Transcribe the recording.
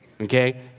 Okay